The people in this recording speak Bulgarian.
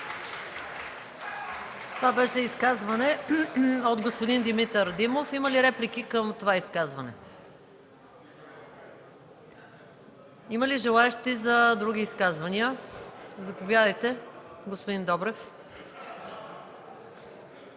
Това беше изказване от господин Димитър Димов. Има ли реплики към това изказване? Има ли желаещи за други изказвания? Господин Добрев.